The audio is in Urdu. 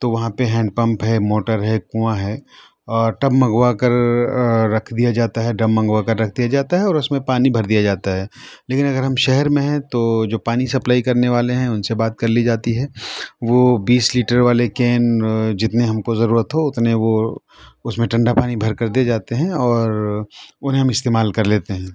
تو وہاں پہ ہینڈ پمپ ہے موٹر ہے کنواں ہے اور ٹب منگوا کر رکھ دیا جاتا ہے ٹب منگوا کر رکھ دیا جاتا ہے اور اس میں پانی بھر دیا جاتا ہے لیکن ہم شہر میں ہیں تو جو پانی سپلائی کرنے والے ہیں ان سے بات کر لی جاتی ہے وہ بیس لیٹر والے کین جتنے ہم کو ضرورت ہو اتنے وہ اس میں ٹھنڈا پانی بھر کر دے جاتے ہیں اور انہیں ہم استعمال کر لیتے ہیں